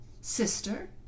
sister